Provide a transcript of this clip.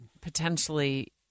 potentially